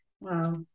Wow